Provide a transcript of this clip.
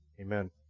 Amen